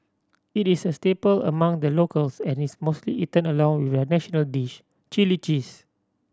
it is a staple among the locals and is mostly eaten along with their national dish chilli cheese